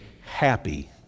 happy